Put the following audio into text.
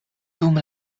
dum